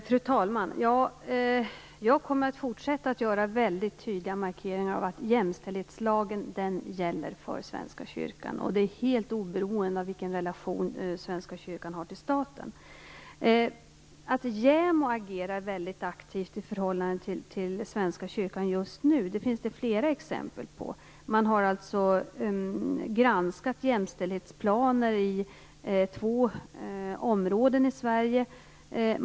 Fru talman! Jag kommer att fortsätta att göra väldigt tydliga markeringar om att jämställdhetslagen gäller för Svenska kyrkan. Detta är helt oberoende av vilken relation Svenska kyrkan har till staten. Att JämO agerar väldigt aktivt i förhållande till Svenska kyrkan just nu finns det flera exempel på. Man har granskat jämställdhetsplaner i två områden i Sverige.